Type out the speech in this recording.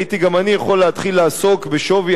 הייתי גם אני יכול להתחיל לעסוק בשווי